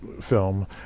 film